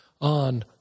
on